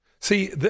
See